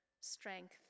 strength